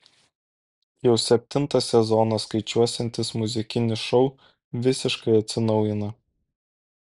jau septintą sezoną skaičiuosiantis muzikinis šou visiškai atsinaujina